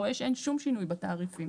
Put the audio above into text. רואה שאין שום שינוי בתעריפים.